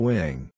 Wing